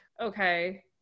okay